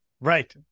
Right